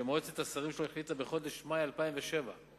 שמועצת השרים שלו החליטה בחודש מאי 2007 להזמין